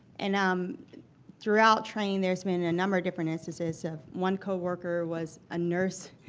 and um throughout training, there's been a number of different instances of one coworker was a nurse,